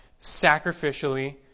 sacrificially